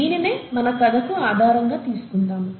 దీనినే మన కథకు ఆధారంగా తీసుకుందాము